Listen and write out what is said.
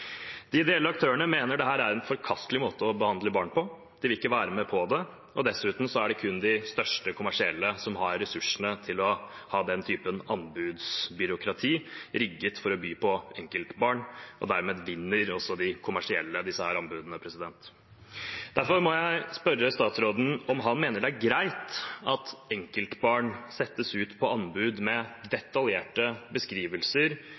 De ideelle aktørene mener dette er en forkastelig måte å behandle barn på, de vil ikke være med på det, og dessuten er det kun de største kommersielle som har ressursene til å ha den typen anbudsbyråkrati rigget for å by på enkeltbarn, og dermed vinner også de kommersielle disse anbudene. Derfor må jeg spørre statsråden om han mener det er greit at enkeltbarn settes ut på anbud med detaljerte beskrivelser